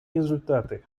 результаты